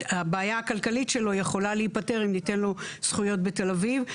הבעיה הכלכלית יכולה להיפתר אם ניתן לו זכויות בתל אביב.